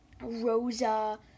Rosa